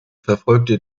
verfolgte